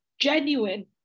genuine